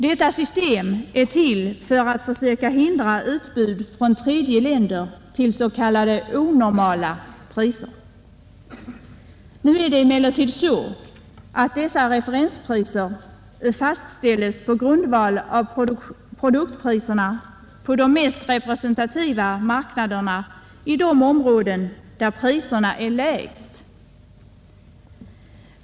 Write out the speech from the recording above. Detta system är till för att försöka hindra utbud från tredje land till s.k. onormala priser. Nu är det emellertid så att dessa referenspriser fastställs på grundval av produktpriserna på de mest representativa marknaderna i de områden där priserna är lägst.